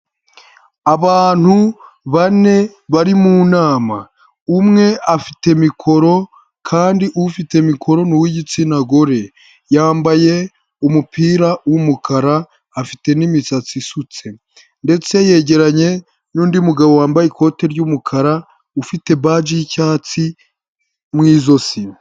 Abantu bane bari mu nama umwe afite mikoro kandi ufite mikoroni w'igitsina gore yambaye umupira w'umukara afite n'imisatsi isutse ndetse yegeranye n'undi mugabo wambaye ikoti ry'umukara ufite baji y'icyatsi mu izosi.